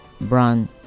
brown